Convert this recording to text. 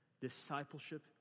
Discipleship